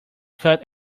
cut